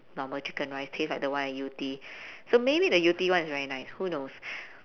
normal chicken rice tastes like the one at yew tee so maybe the yew tee one is very nice who knows